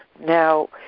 Now